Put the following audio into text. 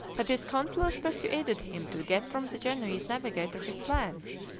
but his councillors persuaded him to get from the genoese navigator his plans,